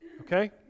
okay